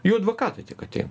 jų advokatai tik atein